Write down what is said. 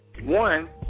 One